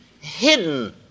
hidden